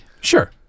Sure